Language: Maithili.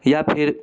या फिर